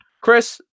chris